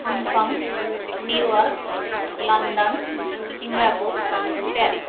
Hong Kong New York London Singapore Paris